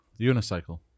unicycle